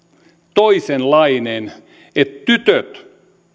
toisenlainen että tytöt